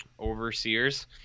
overseers